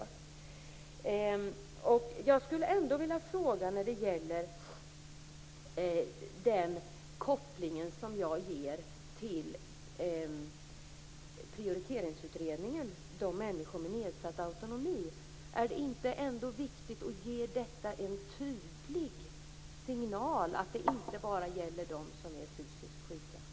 Jag vill koppla detta till Prioriteringsutredningen och människor med nedsatt autonomi. Är det inte viktigt att ge en tydlig signal om att detta inte bara gäller dem som är fysiskt sjuka?